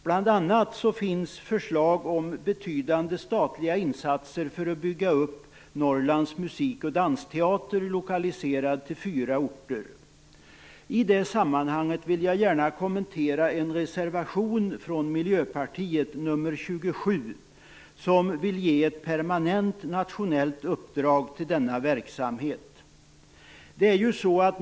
Bl.a. finns förslag om betydande statliga insatser för att bygga upp Norrlands musik och dansteater, lokaliserad till fyra orter. I det sammanhanget vill jag gärna kommentera en reservation från Miljöpartiet, nr 27, som vill ge ett permanent nationellt uppdrag till denna verksamhet.